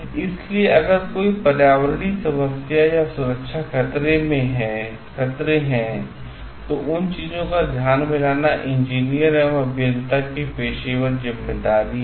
इसलिए अगर कोई पर्यावरणीय समस्या या सुरक्षा खतरे हैं तो उन चीजों को ध्यान में लाना इंजीनियर अथवा अभियंता की पेशेवर जिम्मेदारी है